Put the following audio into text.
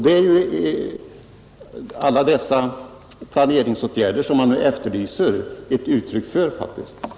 Det är alla dessa planeringsåtgärder som man nu efterlyser ett uttryck för.